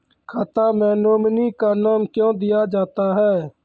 खाता मे नोमिनी का नाम क्यो दिया जाता हैं?